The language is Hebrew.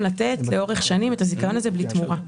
לתת לאורך שנים את הזיכיון הזה בלי תמורה.